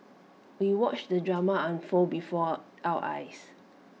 we watched the drama unfold before our eyes